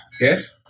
Yes